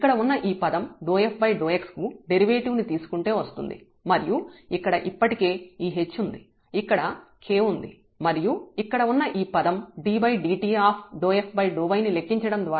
ఇక్కడ ఉన్న ఈ పదం f∂x కు డెరివేటివ్ ను తీసుకుంటే వస్తుంది మరియు ఇక్కడ ఇప్పటికే ఈ h ఉంది ఇక్కడ k ఉంది మరియు ఇక్కడ ఉన్న ఈ పదం ddtf∂y ని లెక్కించడం ద్వారా వచ్చింది